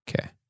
Okay